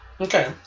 Okay